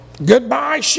Goodbye